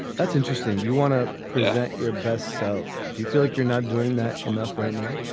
that's interesting. you want to present your best self? do you feel like you're not doing that enough right now?